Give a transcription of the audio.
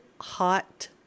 hot